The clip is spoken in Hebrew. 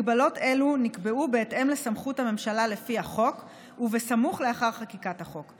הגבלות אלו נקבעו בהתאם לסמכות הממשלה לפי החוק ובסמוך לאחר חקיקת החוק.